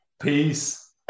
Peace